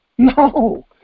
No